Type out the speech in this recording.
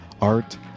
art